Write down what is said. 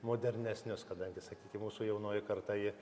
modernesnius kadangi sakykim mūsų jaunoji karta ji